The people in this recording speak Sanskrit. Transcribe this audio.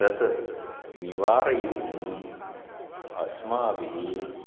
तत् निवारयितुम् अस्माभिः